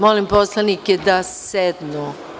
Molim poslanike da sednu.